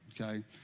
okay